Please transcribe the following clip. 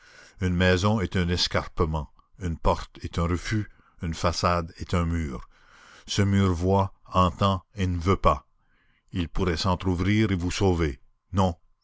une maison est un escarpement une porte est un refus une façade est un mur ce mur voit entend et ne veut pas il pourrait s'entrouvrir et vous sauver non